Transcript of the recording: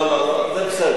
לא, לא, לא, זה בסדר.